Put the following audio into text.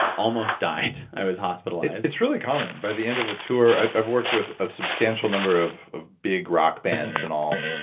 almost died. i was hospitalized it's it's really common by the end of a tour. i've worked with a substantial number of of big rock bands and all,